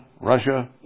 Russia